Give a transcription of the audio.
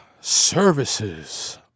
services